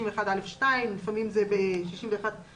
61(א)(2) סכום אחר,